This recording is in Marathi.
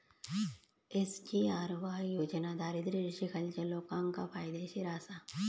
एस.जी.आर.वाय योजना दारिद्र्य रेषेखालच्या लोकांका फायदेशीर आसा